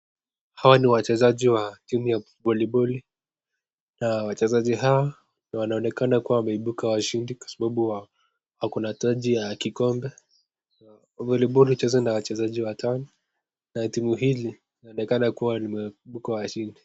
Hawa ni wachezaji wa voliboli, na wachezaji hawa wanaonekana kuwa wameuibuka washindi kwa sababu wako na taji ya kikonga. Voliboli huchezwa na wachezaji watano na timu hii inaonekana imeibuka washindi.